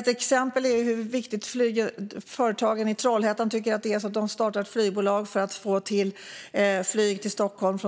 Till exempel tycker företagen i Trollhättan att det är så viktigt att det har startat ett flygbolag för att få flyg från Trollhättan till Stockholm.